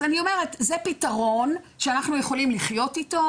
זה פתרון שאנחנו יכולים לחיות איתו.